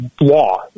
law